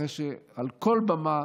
אחרי שמעל כל במה,